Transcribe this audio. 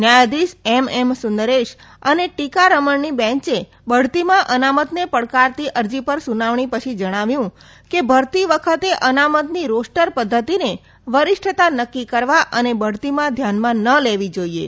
ન્યાયાધીશ એમએમ સુન્દરેશ અને ટીકા રમણની બેંચે બઢતીમાં અનામતને પડકારતી અરજી પર સુનાવણી પછી જણાવ્યું કે ભરતી વખતે અનામતની રોસ્ટર પધ્ધતિને વરીષ્ઠતા નકકી કરવા અને બઢતીમાં ધ્યાનમાં ન લેવી જોઇએ